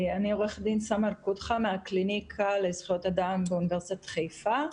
אני עו"ד סמר קודחה מן הקליניקה לזכויות אדם באוניברסיטת חיפה,